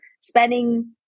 spending